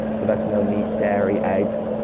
so that's no meat, dairy, eggs.